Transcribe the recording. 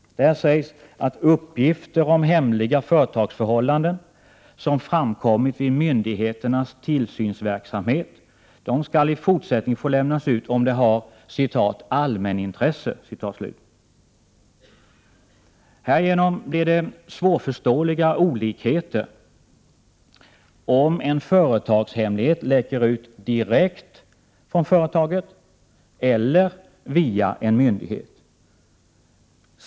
Av propositionen framgår det att uppgifter om ”hemliga” företagsförhållanden som framkommit vid myndigheternas tillsynsverksamhet skall i fortsättningen få lämnas ut om det har ”allmänintresse”. Härigenom blir det svårförståeliga olikheter om en ”företagshemlighet” läcker ut direkt från företaget eller via en myndighet.